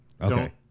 Okay